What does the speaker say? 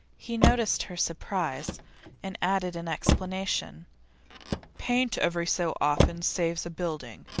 he noticed her surprise and added in explanation paint every so often saves a building.